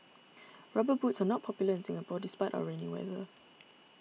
rubber boots are not popular in Singapore despite our rainy weather